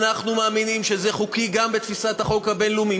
אנחנו מאמינים שזה חוקי גם בתפיסת החוק הבין-לאומי.